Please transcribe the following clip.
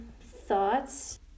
thoughts